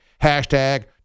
Hashtag